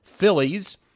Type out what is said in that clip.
Phillies